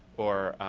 or